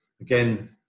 again